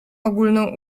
ogólną